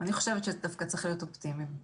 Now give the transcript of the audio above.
אני חושבת שדווקא צריכים להיות אופטימיים.